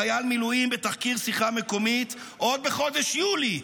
חייל מילואים, בתחקיר שיחה מקומית עוד בחודש יולי.